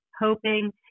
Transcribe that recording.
hoping